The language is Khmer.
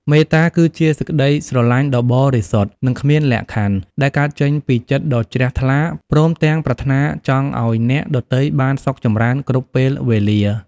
មេត្តា គឺជាសេចក្តីស្រឡាញ់ដ៏បរិសុទ្ធនិងគ្មានលក្ខខណ្ឌ ដែលកើតចេញពីចិត្តដ៏ជ្រះថ្លា ព្រមទាំងប្រាថ្នាចង់ឱ្យអ្នកដទៃបានសុខចម្រើនគ្រប់ពេលវេលា។